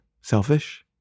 selfish